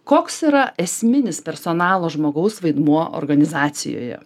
koks yra esminis personalo žmogaus vaidmuo organizacijoje